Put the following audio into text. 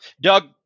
Doug